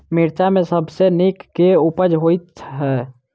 मिर्चा मे सबसँ नीक केँ बीज होइत छै?